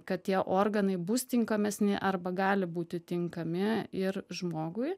kad tie organai bus tinkamesni arba gali būti tinkami ir žmogui